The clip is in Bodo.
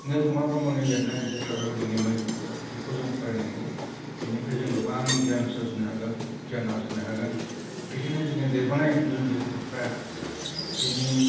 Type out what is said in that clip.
निलकमल ब्रह्मनि लिरनाय जे हाग्रा गुदुंनि मै बिखौ जों फरायनांगौ बिनिफ्राय जों गोबां गियान सोरजिनो हागोन गियान आरजिनो हागोन बिनिखायनो जोङो देरनानै उन्दै उन्दै गथ'फ्रा बिनि